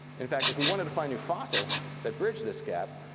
in fact if we wanted to find new fossils that bridge this gap,